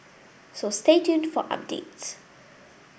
so stay tuned for updates